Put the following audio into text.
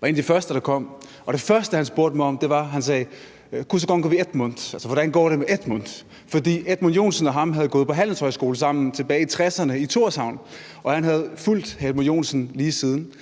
var en af de første, der kom, og det første, han spurgte mig om, var: Hvussu gongur við Edmund? – altså, hvordan går det med Edmund? For Edmund Joensen og ham havde gået på handelshøjskole sammen tilbage i 1960'erne i Thorshavn, og han havde fulgt hr. Edmund Joensen lige siden.